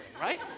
right